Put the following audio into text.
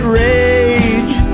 rage